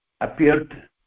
appeared